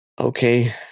okay